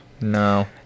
No